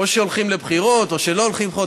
או שהולכים לבחירות או שלא הולכים לבחירות.